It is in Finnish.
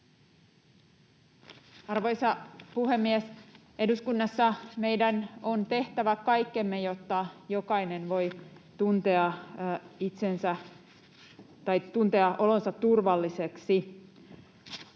Arvoisa puhemies! Eduskunnassa meidän on tehtävä kaikkemme, jotta jokainen voi tuntea olonsa turvalliseksi.